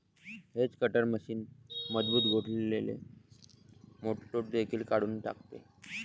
hedge cutter machine मजबूत गोठलेले मोडतोड देखील काढून टाकते